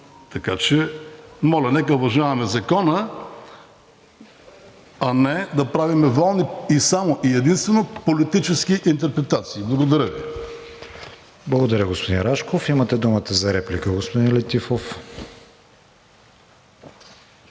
Така че моля, нека уважаваме Закона, а не да правим волни и само и единствено политически интерпретации. Благодаря Ви. ПРЕДСЕДАТЕЛ КРИСТИАН ВИГЕНИН: Благодаря, господин Рашков. Имате думата за реплика, господин Летифов.